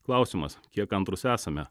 klausimas kiek kantrūs esame